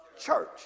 church